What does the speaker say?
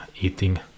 eating